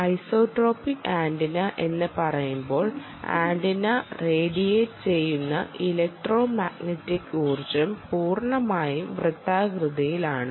isotropic antenna എന്ന് പറയുമ്പോൾ antenna radiate ചെയ്യുന്ന ഇലക്ട്രോമാഗ്നെറ്റിക് ഊർജ്ജം പൂർണ്ണമായും വൃത്താകൃതിയിലാണ്